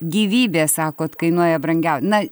gyvybė sakot kainuoja brangiau na